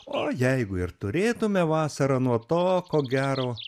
o jeigu ir turėtume vasara nuo to ko gero